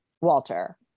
Walter